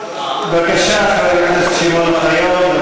בבקשה, חבר הכנסת שמעון אוחיון.